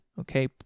okay